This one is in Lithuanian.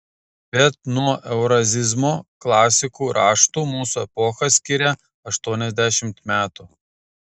bet nuo eurazizmo klasikų raštų mūsų epochą skiria aštuoniasdešimt metų